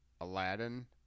Aladdin